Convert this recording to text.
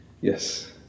yes